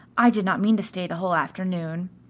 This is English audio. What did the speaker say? i did not mean to stay the whole afternoon.